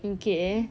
okay